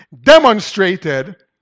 demonstrated